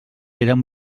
eren